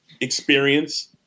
experience